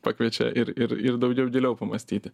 pakviečia ir ir ir daugiau giliau pamąstyti